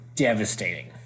Devastating